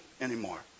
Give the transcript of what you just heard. anymore